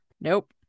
nope